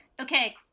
Okay